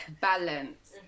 Balance